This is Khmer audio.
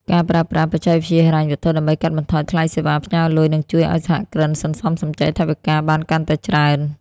ការប្រើប្រាស់ "បច្ចេកវិទ្យាហិរញ្ញវត្ថុ" ដើម្បីកាត់បន្ថយថ្លៃសេវាផ្ញើលុយ នឹងជួយឱ្យសហគ្រិនសន្សំសំចៃថវិកាបានកាន់តែច្រើន។